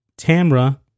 Tamra